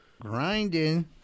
Grinding